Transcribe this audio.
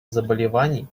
заболеваний